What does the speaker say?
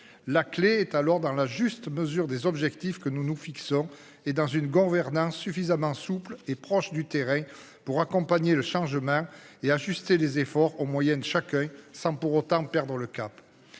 La clé est alors dans la juste mesure des objectifs que nous nous fixons et dans une gouvernance suffisamment souple et proche du terrain pour accompagner le changement et ajuster les efforts en moyenne chacun sans pour autant perdre le cap.